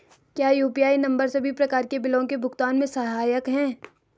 क्या UPI number सभी प्रकार के बिलों के भुगतान में सहायक हैं?